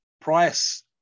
price